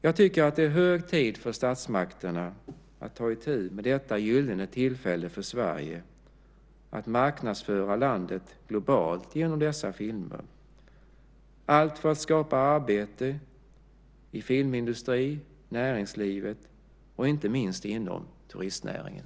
Jag tycker att det är hög tid för statsmakterna att ta itu med detta gyllene tillfälle för Sverige att marknadsföra landet globalt genom dessa filmer för att skapa arbete i filmindustrin, näringslivet och inte minst inom turistnäringen.